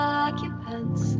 occupants